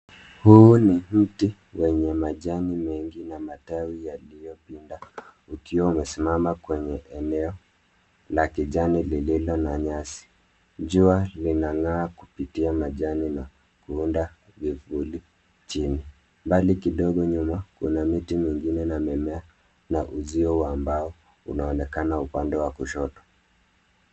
Huu ni mti wenye majani mengi na matawi yaliyopinda ukiwa umesimama kwenye eneo la kijani lililo na nyasi. Jua linang'aa kupitia majani na kuunda vivuli chini. Mbali kidogo nyuma, kuna miti mengine na mimea, na uzio wa mbao unaonekana upande wa kushoto.